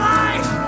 life